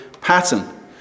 pattern